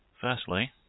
Firstly